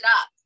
up